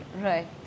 Right